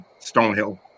Stonehill